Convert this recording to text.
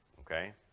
Okay